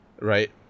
Right